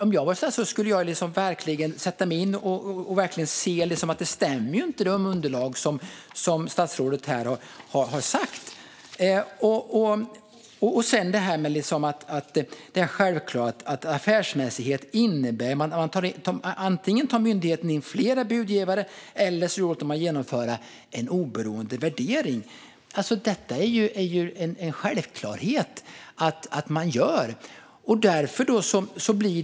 Om jag var statsråd skulle jag verkligen sätta mig in i detta och se att underlagen inte stämmer. Affärsmässighet innebär att myndigheten antingen tar in flera budgivare eller låter genomföra en oberoende värdering. Det är ju en självklarhet.